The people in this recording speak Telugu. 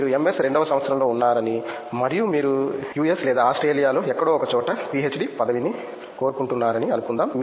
మీరు MS రెండవ సంవత్సరంలో ఉన్నారని మరియు మీరు యుఎస్ లేదా ఆస్ట్రేలియాలో ఎక్కడో ఒకచోట పీహెచ్డీ పదవిని కోరుకుంటున్నారని అనుకుందాం